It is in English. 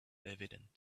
evident